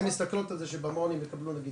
הם מסתכלות על זה שבמעון הן יקבלו נגיד